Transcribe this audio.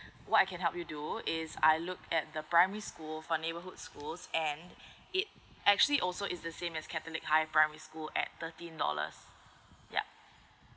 what I can help you do is I looked at the primary school for neighbourhood schools and it actually also is the same as catholic high primary school at thirteen dollars ya